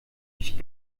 ich